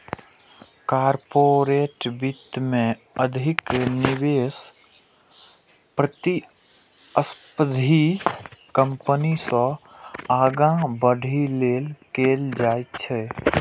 corporate वित्त मे अधिक निवेश प्रतिस्पर्धी कंपनी सं आगां बढ़ै लेल कैल जाइ छै